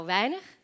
weinig